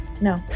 No